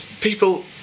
people